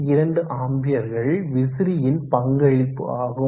2 ஆம்பியர்கள் விசிறியின் பங்களிப்பு ஆகும்